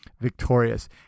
victorious